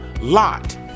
Lot